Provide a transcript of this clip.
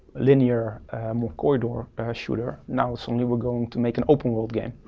linear corridor shooter. now suddenly we're going to make an open world game,